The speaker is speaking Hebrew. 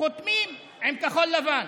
חותמים עם כחול לבן.